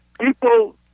people